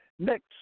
Next